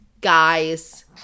guys